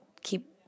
keep